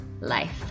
life